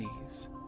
leaves